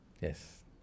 Yes